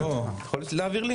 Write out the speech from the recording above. יכול להעביר לי